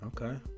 okay